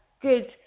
good